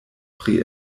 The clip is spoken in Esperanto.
pri